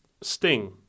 Sting